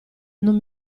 non